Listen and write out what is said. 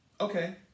Okay